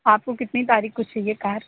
آپ کو کتنی تاریخ کو چاہیے کار